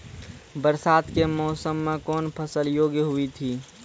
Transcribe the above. बरसात के मौसम मे कौन फसल योग्य हुई थी?